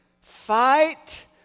fight